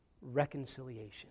reconciliation